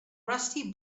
rusty